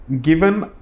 Given